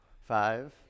Five